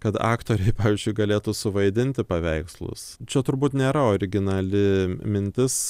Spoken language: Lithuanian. kad aktoriai pavyzdžiui galėtų suvaidinti paveikslus čia turbūt nėra originali mintis